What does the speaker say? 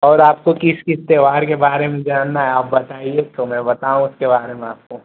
और आपको किस किस त्योहार के बारे में जानना है आप बताइए तो मैं बताऊँ उसके बारे में आपको